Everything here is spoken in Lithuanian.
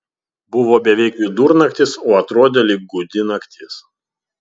buvo beveik vidurnaktis o atrodė lyg gūdi naktis